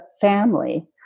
family